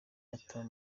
ataba